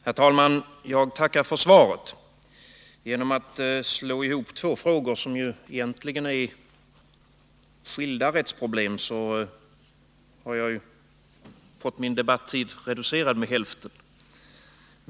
Herr talman! Jag tackar för svaret. Genom att två frågor slagits ihop — de berör ju egentligen skilda rättsproblem — har jag fått min debattid reducerad med hälften.